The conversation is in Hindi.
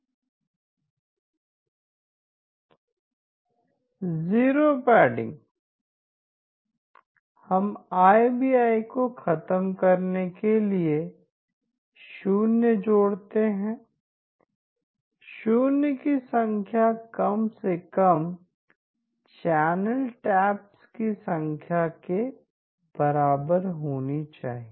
जीरो पैडिंग हम IBI को खत्म करने के लिए शून्य जोड़ते हैं शून्य की संख्या कम से कम चैनल टॉप्स की संख्या के बराबर होनी चाहिए